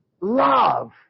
love